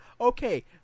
Okay